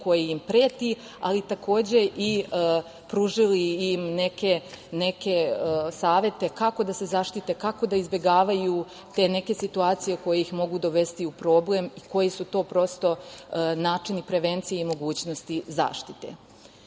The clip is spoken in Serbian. koji im preti, ali i pružaju im neke savete, kako da se zaštite, kako da izbegavaju te neke situacije koje ih mogu dovesti u problem koji su to prosto načini prevencije i mogućnosti zaštite. Takođe,